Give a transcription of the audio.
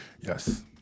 Yes